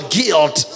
guilt